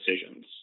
decisions